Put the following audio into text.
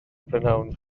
prynhawn